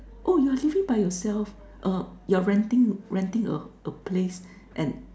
oh you're living by yourself uh you're renting renting a a place and